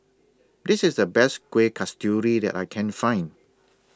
This IS The Best Kueh Kasturi that I Can Find